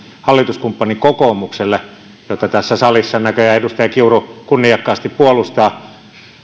hallituskumppani kokoomukselle jota tässä salissa näköjään edustaja kiuru kunniakkaasti puolustaa